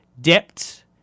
dipped